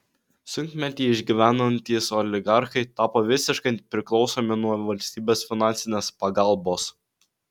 sunkmetį išgyvenantys oligarchai tapo visiškai priklausomi nuo valstybės finansinės pagalbos